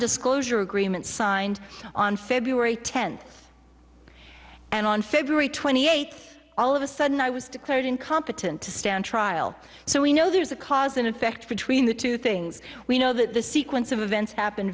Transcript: disclosure agreement signed on february tenth and on february twenty eighth all of a sudden i was declared incompetent to stand trial so we know there's a cause and effect between the two things we know that the sequence of events happen